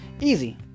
easy